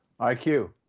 IQ